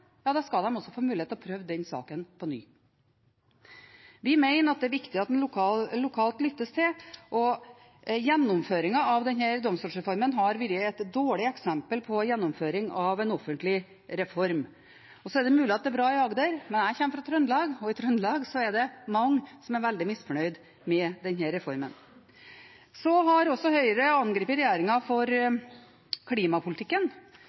ja da skal de altså få mulighet til å prøve den saken på ny. Vi mener at det er viktig at en lokalt lyttes til, og gjennomføringen av denne domstolsreformen har vært et dårlig eksempel på gjennomføring av en offentlig reform. Så er det mulig at det er bra i Agder, men jeg kommer fra Trøndelag, og i Trøndelag er det mange som er veldig misfornøyd med denne reformen. Så har Høyre også angrepet regjeringen for klimapolitikken